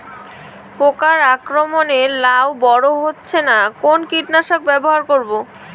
পোকার আক্রমণ এ লাউ বড় হচ্ছে না কোন কীটনাশক ব্যবহার করব?